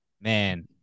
Man